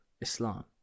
Islam